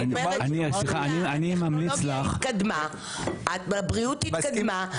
הטכנולוגיה התקדמה, הבריאות התקדימה.